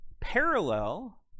parallel